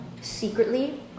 secretly